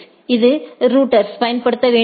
இது ரவுட்டரில் பயன்படுத்த வேண்டியவை